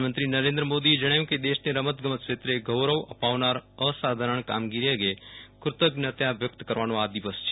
પ્રધાનમંત્રી નરેન્દ્ર મોદીએ જણાવ્યું છે કે દેશને રમતગમત ક્ષેત્રે ગૌરવ અપાવનાર અસાધારણ કામગીરી અંગે કૃતજ્ઞતા વ્યકત કરવાનો આ દિવસ છે